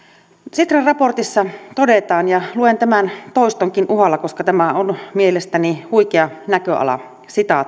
sitran raportissa todetaan ja luen tämän toistonkin uhalla koska tämä on mielestäni huikea näköala